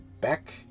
back